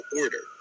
order